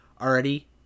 already